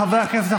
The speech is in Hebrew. חברי הכנסת,